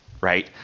right